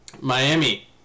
Miami